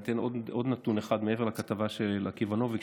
אני אתן עוד נתון אחד מעבר לכתבה של עקיבא נוביק,